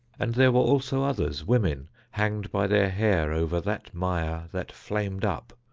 and there were also others, women, hanged by their hair over that mire that flamed up,